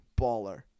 baller